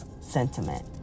sentiment